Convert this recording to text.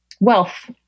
Wealth